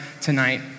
tonight